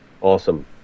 awesome